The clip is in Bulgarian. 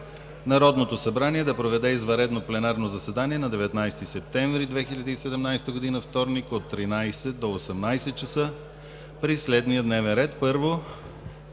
Народното събрание да проведе извънредно пленарно заседание на 19 септември 2017 г., вторник, от 13.00 ч. до 18.00 ч. при следния дневен ред: